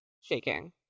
Shaking